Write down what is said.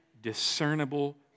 discernible